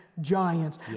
giants